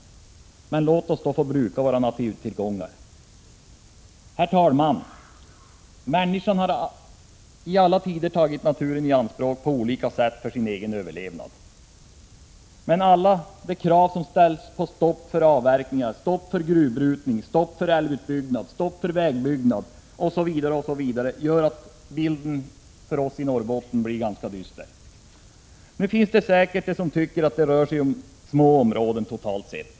Men låt oss då få bruka våra naturtillgångar. Herr talman! Människan har i alla tider tagit naturen i anspråk på olika sätt för sin egen överlevnad. Men alla de krav som ställs på stopp för avverkningar, stopp för gruvbrytning, stopp för älvutbyggnad, stopp för vägbyggnad osv. gör att bilden för oss i Norrbotten blir ganska dyster. Det finns säkert de som tycker att det rör sig om små områden totalt sett.